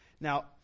Now